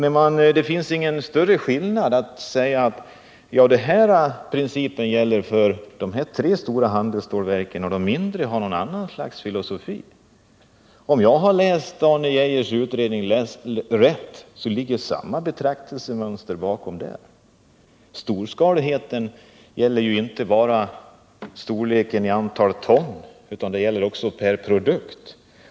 Även om man säger att den här principen gäller för de tre stora handelsstålverken, medan de mindre har ett annat slags filosofi, finns det ingen större skillnad. Om jag har läst Arne Geijers utredning rätt, ligger samma betraktelsemönster bakom detta. Storskaligheten gäller inte bara storleken i antal ton utan gäller också per produkt.